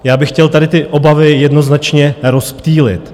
Já bych chtěl tady ty obavy jednoznačně rozptýlit.